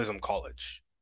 college